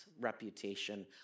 reputation